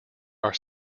are